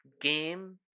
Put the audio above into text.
game